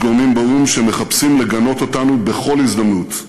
יש גורמים באו"ם שמחפשים לגנות אותנו בכל הזדמנות.